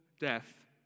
death